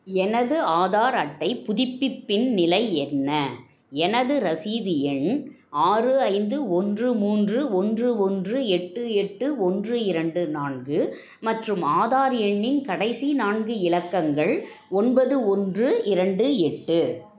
எனது ஆதார் அட்டை புதுப்பிப்பின் நிலை என்ன எனது ரசீது எண் ஆறு ஐந்து ஒன்று மூன்று ஒன்று ஒன்று எட்டு எட்டு ஒன்று இரண்டு நான்கு மற்றும் ஆதார் எண்ணின் கடைசி நான்கு இலக்கங்கள் ஒன்பது ஒன்று இரண்டு எட்டு